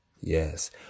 Yes